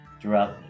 throughout